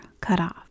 cutoff